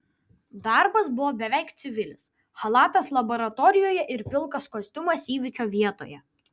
darbas buvo beveik civilis chalatas laboratorijoje ir pilkas kostiumas įvykio vietoje